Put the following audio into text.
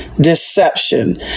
deception